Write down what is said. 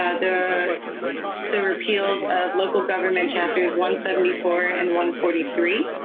ah the the repeal of local government chapters, one seventy four and won forty three.